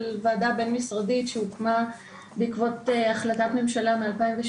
וועדה בין משרדית שהוקמה בעקבות החלטת ממשלה מ-2016,